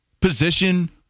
position